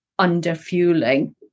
underfueling